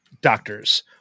doctors